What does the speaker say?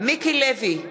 מיקי לוי,